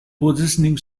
positioning